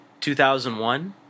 2001